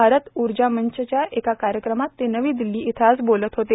भारत उर्जा मंचव्या एका कार्यक्रमात ते नवी दिल्ली इथं आज बोलत होते